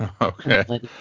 Okay